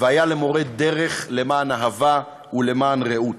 והיה ולמורה דרך למען אהבה ולמען רעות.